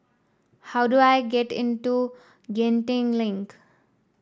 how do I get into Genting Link